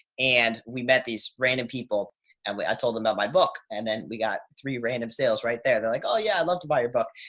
and we met these random people and i told them about my book and then we got three random sales right there. they're like, oh yeah, i'd love to buy your book.